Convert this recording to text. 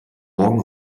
morgen